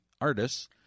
artists